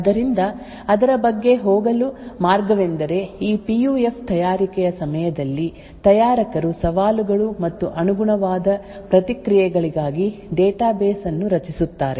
ಆದ್ದರಿಂದ ಅದರ ಬಗ್ಗೆ ಹೋಗಲು ಮಾರ್ಗವೆಂದರೆ ಈ ಪಿ ಯು ಎಫ್ ತಯಾರಿಕೆಯ ಸಮಯದಲ್ಲಿ ತಯಾರಕರು ಸವಾಲುಗಳು ಮತ್ತು ಅನುಗುಣವಾದ ಪ್ರತಿಕ್ರಿಯೆಗಳಿಗಾಗಿ ಡೇಟಾಬೇಸ್ ಅನ್ನು ರಚಿಸುತ್ತಾರೆ ಆದ್ದರಿಂದ ಇಲ್ಲಿರುವ ಈ ಡೇಟಾಬೇಸ್ ಅನ್ನು ಸಿ ಆರ್ ಪಿ ಡೇಟಾಬೇಸ್ ಎಂದು ಕರೆಯಲಾಗುತ್ತದೆ ಮತ್ತು ಅದನ್ನು ಸರ್ವರ್ ನಲ್ಲಿ ಸಂಗ್ರಹಿಸಲಾಗುತ್ತದೆ